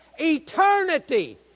eternity